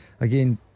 again